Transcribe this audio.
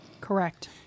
Correct